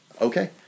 Okay